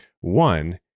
One